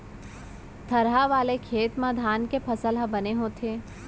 थरहा वाले खेत म धान के फसल ह बने होथे